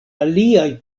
aliaj